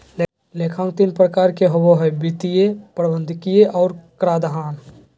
लेखांकन तीन प्रकार के होबो हइ वित्तीय, प्रबंधकीय और कराधान